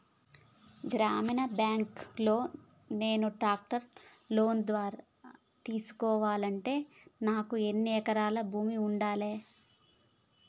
గ్రామీణ బ్యాంక్ లో నేను ట్రాక్టర్ను లోన్ ద్వారా తీసుకోవాలంటే నాకు ఎన్ని ఎకరాల భూమి ఉండాలే?